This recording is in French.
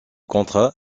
contrat